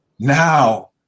Now